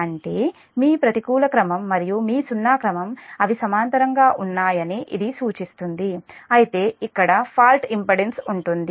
అంటే మీ ప్రతికూల క్రమం మరియు మీ సున్నా క్రమం అవి సమాంతరంగా ఉన్నాయని ఇది సూచిస్తుంది అయితే ఇక్కడ ఫాల్ట్ ఇంపెడెన్స్ ఉంటుంది